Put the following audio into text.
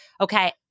okay